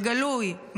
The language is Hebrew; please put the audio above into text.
בגלוי,